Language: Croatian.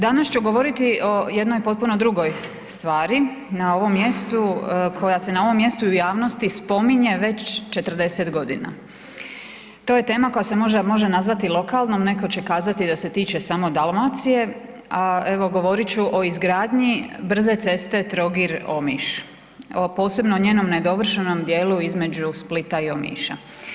Danas ću govoriti o jednoj potpuno drugoj stvari na ovom mjestu, koja se na ovom mjestu i u javnosti spominje već 40.g. To je tema koja se možda može nazvati i lokalnom, neko će kazati da se tiče samo Dalmacije, a evo govorit ću o izgradnji brze ceste Trogir-Omiš, o posebno o njenom nedovršenom dijelu između Splita i Omiša.